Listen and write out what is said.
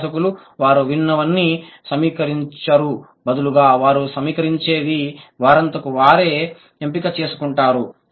అభ్యాసకులు వారు విన్నవన్నీ సమీకరించరు బదులుగా వారు సమీకరించేవి వారంతకు వారే ఎంపిక చేసుకుంటారు